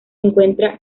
encuentran